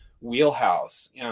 wheelhouse